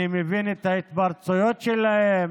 אני מבין את ההתפרצויות שלהם,